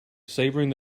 savouring